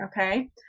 okay